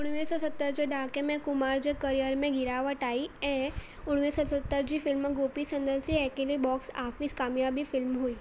उणवीअ सौ सतरि जे ॾहाके में कुमार जे करियर में गिरावट आई ऐं उणवीह सौ सतरि जी फिल्म गोपी संदसि अकेली बॉक्स आफिस कामियाबी फिल्म हुई